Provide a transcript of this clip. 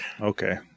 Okay